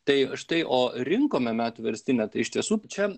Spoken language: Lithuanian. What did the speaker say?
tai štai o rinkome metų verstinę tai iš tiesų čia